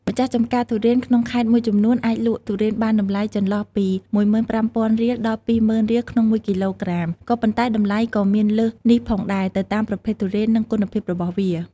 ម្ចាស់ចម្ការទុរេនក្នុងខេត្តមួយចំនួន អាចលក់ទុរេនបានតម្លៃចន្លោះពី ១៥០០០រៀល ដល់ ២ម៉ឺនរៀលក្នុងមួយគីឡូក្រាម ក៏ប៉ុន្តែតម្លៃក៏មានលើសនេះផងដែរ ទៅតាមប្រភេទទុរេន និងគុណភាពរបស់វា។